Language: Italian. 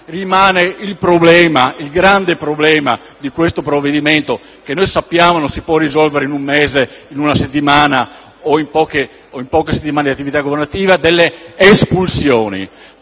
rimane il grande problema di questo provvedimento, che noi sappiamo non si può risolvere in un mese o in poche settimane di attività governativa, delle espulsioni.